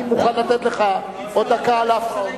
אני מוכן לתת לך עוד דקה על ההפרעות,